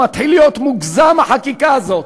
מתחיל להיות מוגזם החקיקה הזאת,